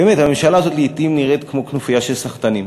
באמת הממשלה הזאת לעתים נראית כמו כנופיה של סחטנים.